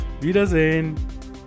Wiedersehen